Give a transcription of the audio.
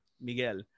miguel